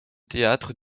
théâtre